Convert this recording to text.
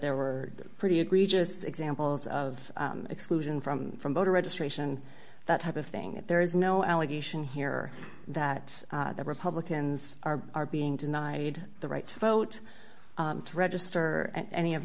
there were pretty egregious examples of exclusion from from voter registration that type of thing there is no allegation here that the republicans are are being denied the right to vote to register at any of